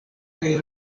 kaj